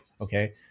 okay